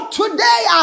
today